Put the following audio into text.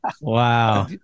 wow